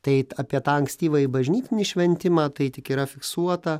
tai apie tą ankstyvąjį bažnytinį šventimą tai tik yra fiksuota